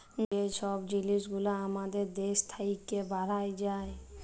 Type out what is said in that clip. যে ছব জিলিস গুলা আমাদের দ্যাশ থ্যাইকে বাহরাঁয় যায়